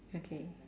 okay